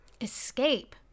escape